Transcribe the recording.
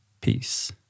Peace